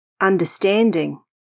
Understanding